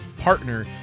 Partner